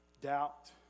doubt